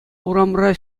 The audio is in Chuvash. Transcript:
урамра